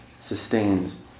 sustains